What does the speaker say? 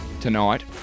tonight